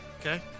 Okay